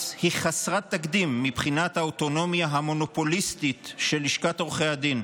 היא חסרת תקדים מבחינת האוטונומיה המונופוליסטית של לשכת עורכי הדין,